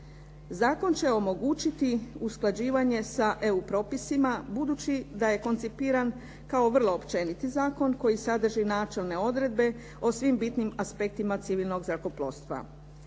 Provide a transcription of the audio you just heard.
Zakon će omogućiti usklađivanje sa EU propisima budući da je koncipiran kao vrlo općeniti zakon koji sadrži načelne odredbe o svim bitnim aspektima civilnog zrakoplovstva.